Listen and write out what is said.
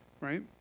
right